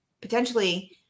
potentially